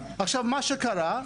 מה שקרה,